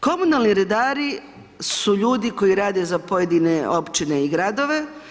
Komunalni redari su ljudi koji rade za pojedine općine i gradove.